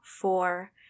four